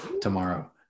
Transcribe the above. tomorrow